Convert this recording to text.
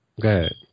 Good